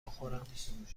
بخورم